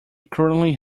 currently